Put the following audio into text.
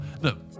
Look